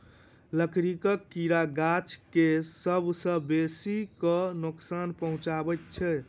लकड़ीक कीड़ा गाछ के सभ सॅ बेसी क नोकसान पहुचाबैत छै